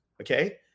okay